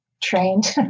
trained